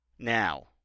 Now